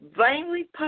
vainly